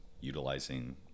utilizing